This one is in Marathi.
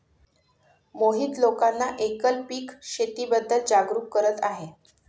मोहित लोकांना एकल पीक शेतीबद्दल जागरूक करत आहे